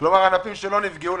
כלומר ענפים שלא נפגעו,